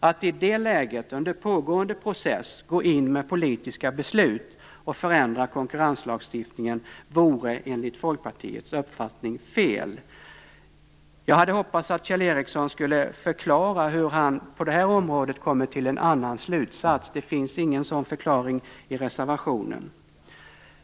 Att i det läget, under pågående process, gå in med politiska beslut och förändra konkurrenslagstiftningen vore enligt Folkpartiets uppfattning fel. Jag hade hoppats att Kjell Ericsson skulle förklara hur han på det här området kommer till en annan slutsats. Det finns ingen sådan förklaring i reservationen.